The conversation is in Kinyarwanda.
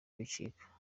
bicika